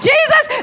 Jesus